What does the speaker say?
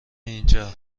اینجا